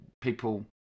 people